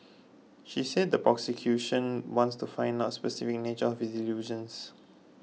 she said the prosecution wants to find out the specific nature of his delusions